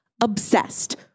obsessed